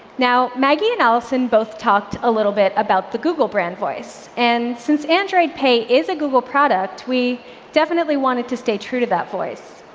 now maggie and allison both talked a little bit about the google brand voice, and since android pay is a google product, we definitely wanted to stay true to that voice.